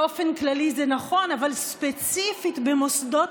באופן כללי, זה נכון, אבל ספציפית במוסדות